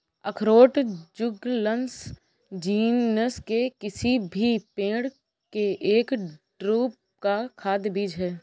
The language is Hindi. अखरोट जुगलन्स जीनस के किसी भी पेड़ के एक ड्रूप का खाद्य बीज है